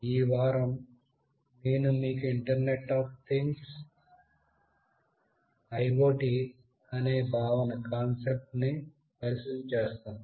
ఈ వారం నేను మీకు internet of things Internet of Thingsఅనే భావన ని పరిచయం చేస్తాను